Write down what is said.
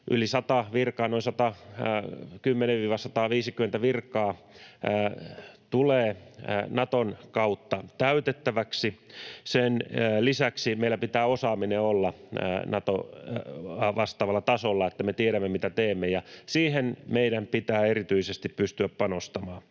Yli sata virkaa, noin 110—150 virkaa tulee Naton kautta täytettäväksi. Sen lisäksi meillä pitää osaamisen olla Natoa vastaavalla tasolla, että me tiedämme, mitä teemme, ja siihen meidän pitää erityisesti pystyä panostamaan.